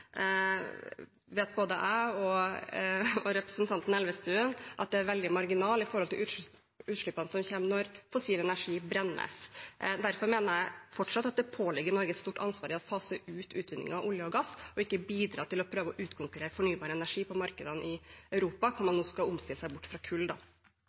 vet både jeg og representanten Elvestuen er veldig marginal i forhold til utslippene som kommer når fossil energi brennes. Derfor mener jeg fortsatt at det påligger Norge et stort ansvar å fase ut utvinningen av norsk olje og gass og ikke bidra til å prøve å utkonkurrere fornybar energi på markedene i Europa, hvor man nå skal omstille seg bort fra kull.